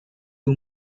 too